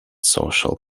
social